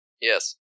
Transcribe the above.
Yes